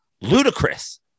ludicrous